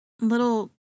little